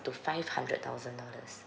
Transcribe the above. to five hundred thousand dollars